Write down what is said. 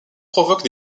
provoquent